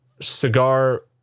Cigar